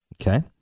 Okay